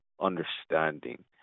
understanding